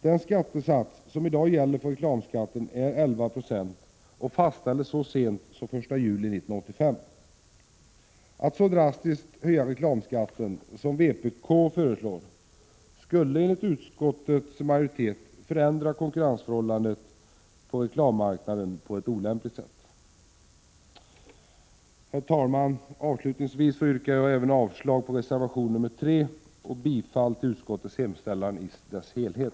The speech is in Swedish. Den skattesats som i dag gäller för reklamskatten är 11 96, och den fastställdes så sent som den 1 juli 1985. Att så drastiskt höja reklamskatten som vpk föreslår skulle enligt utskottets majoritet förändra konkurrensförhållandet på reklammarknaden på ett olämpligt sätt. Herr talman! Avslutningsvis yrkar jag avslag även på reservation nr 3 och bifall till utskottets hemställan i dess helhet.